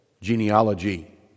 genealogy